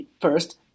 first